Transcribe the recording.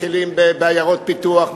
מתחילים בעיירות פיתוח,